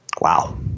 Wow